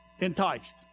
enticed